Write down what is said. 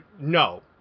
no